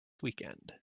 weekend